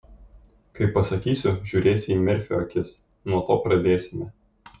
kai pasakysiu žiūrėsi į merfio akis nuo to pradėsime